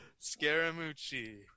Scaramucci